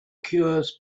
cures